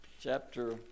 chapter